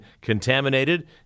contaminated